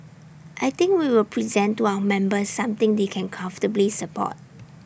I think we will present to our members something they can comfortably support